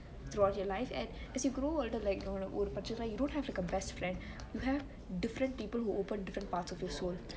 throughout your life and as you grow older you don't best friend you have different people who open up different parts of your soul